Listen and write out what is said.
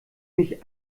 mich